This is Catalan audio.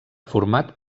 format